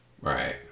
Right